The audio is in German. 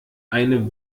eine